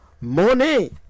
money